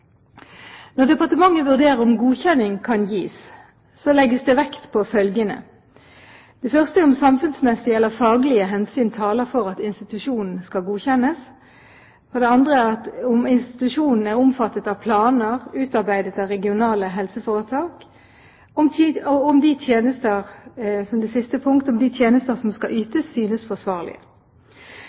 Når departementet vurderer om godkjenning kan gis, legges det vekt på følgende: om samfunnsmessige eller faglige hensyn taler for at institusjonen skal godkjennes om institusjonen er omfattet av planer utarbeidet av regionale helseforetak om de tjenester som skal ytes, synes forsvarlige.